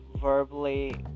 verbally